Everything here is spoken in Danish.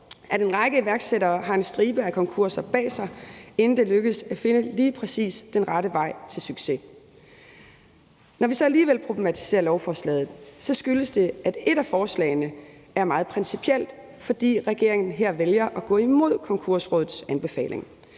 at en række iværksættere har en stribe af konkurser bag sig, inden det lykkes at finde lige præcis den rette vej til succes. Når vi så alligevel problematiserer lovforslaget, skyldes det, at et af forslagene er meget principielt, fordi regeringen her vælger at gå imod Konkursrådets anbefaling.